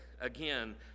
again